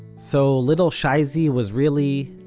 so little shaizee was really,